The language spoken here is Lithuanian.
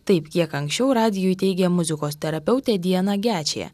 taip kiek anksčiau radijui teigė muzikos terapeutė diana gečė